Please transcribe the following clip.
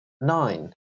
nine